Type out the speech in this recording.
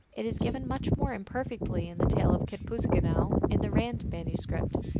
it is given much more im perfectly in the tale of kitpooseagunow in the rand manuscript,